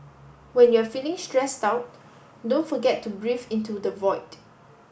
when you are feeling stressed out don't forget to breathe into the void